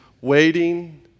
waiting